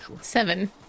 Seven